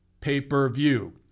pay-per-view